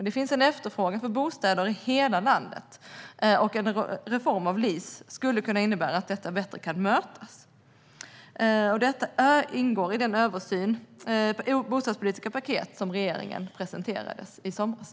Det finns en efterfrågan på bostäder i hela landet, och en reform av LIS skulle kunna innebära att detta bättre kan mötas. Detta ingår i det bostadspolitiska paket som regeringen presenterade i somras.